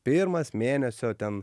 pirmas mėnesio ten